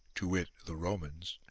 to wit the romans,